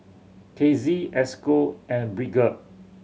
Casie Esco and Bridger